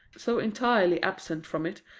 so entirely absent from it,